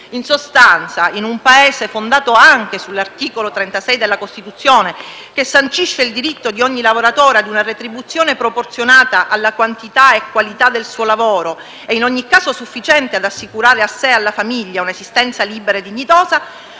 In sostanza, in un Paese fondato anche sull'articolo 36 della Costituzione, che sancisce il diritto di ogni lavoratore a una retribuzione proporzionata alla quantità e qualità del suo lavoro e in ogni caso sufficiente ad assicurare a sé e alla famiglia un'esistenza libera e dignitosa,